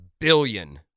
billion